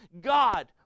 God